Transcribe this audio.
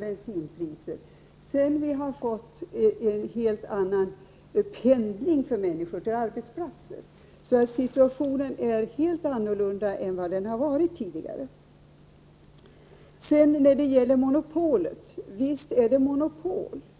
bensinpriserna höjts och pendlingen mellan bostäder och arbetsplatser ökat. Situationen är alltså nu en helt annan än tidigare. Så till frågan om monopolet. Visst är SJ ett monopolföretag.